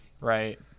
right